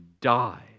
die